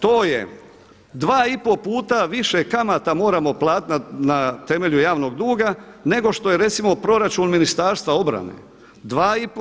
To je 2 i pol puta više kamata moramo platiti na temelju javnog duga, nego što je recimo proračun Ministarstva obrane.